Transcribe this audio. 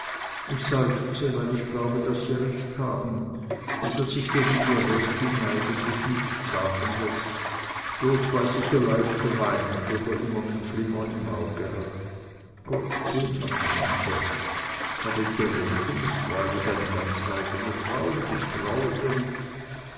ich seufze weil ich glaube daß sie recht haben und daß sich gegen die rätin eigentlich nichts sagen läßt bloß weil sie so leicht weint oder immer einen flimmer im auge hat gott den hat mancher aber die rätin ist freilich eine ganz eigene frau und ich trau ihr nicht